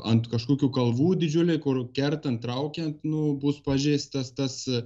ant kažkokių kalvų didžiuliai kur kertant traukiant nu bus pažeistas tas